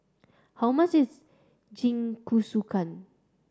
how much is Jingisukan